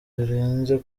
birenze